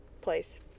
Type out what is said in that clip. place